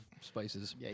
spices